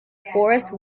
forest